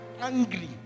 angry